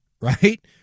right